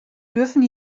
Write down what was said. dürfen